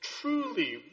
truly